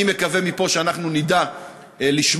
אני מקווה מפה שאנחנו נדע לשמור,